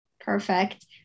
Perfect